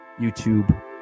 youtube